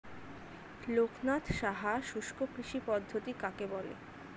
লোকনাথ সাহা শুষ্ককৃষি পদ্ধতি কাকে বলে?